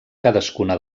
cadascuna